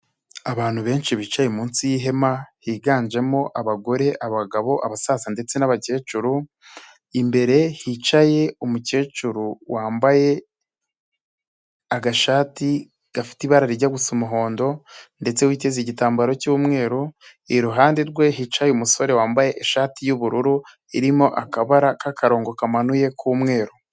Abantu benshi bicaye munsi y'ihema hiyiganjemo abagore abagabo abasaza ndetse n'abakecuru, imbere hicaye umukecuru wambaye agashati gafite ibara rijya gusa umuhondo ndetse witeze igitambaro cy'umweru, iruhande rwe hicaye umusore wambaye ishati y'ubururu irimo akabara k'akarongo kamanuye k'umweru.